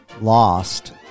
lost